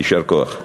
יישר כוח.